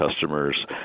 customers